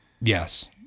yes